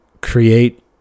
create